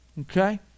Okay